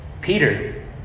Peter